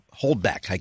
holdback